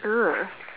ughh